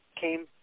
came